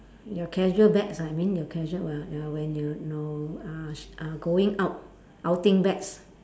your casual bags I mean your casual uh uh when you know uh sh~ uh going out outing bags